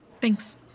Thanks